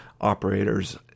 operators